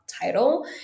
title